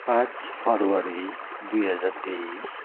पाँच फरवरी दुई हजार तेइस